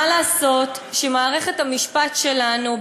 מה לעשות שמערכת המשפט שלנו,